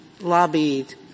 lobbied